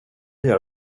göra